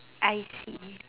I see